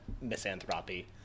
misanthropy